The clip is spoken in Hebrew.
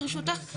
ברשותך,